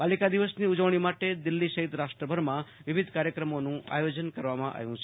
બાલિકા દિવસની ઉજવણી માટે દિલ્ફી સહીત રાષ્ટ્રભરમાં વિવિધ કાર્યક્રમોનું આયોજન કરવામાં આવ્યું છે